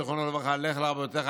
זיכרונו לברכה: לך לרבותיך,